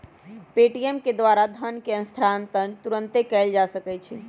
Paytm के द्वारा धन के हस्तांतरण तुरन्ते कएल जा सकैछइ